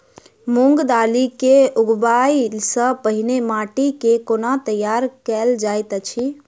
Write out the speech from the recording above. मूंग दालि केँ उगबाई सँ पहिने माटि केँ कोना तैयार कैल जाइत अछि?